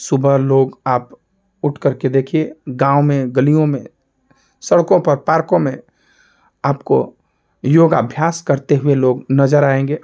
सुबह लोग आप उठ करके देखिए गाँव में गलियों में सड़कों पर पार्कों में आपको योगाभ्यास करते हुए लोग नज़र आएँगे